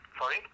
Sorry